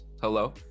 hello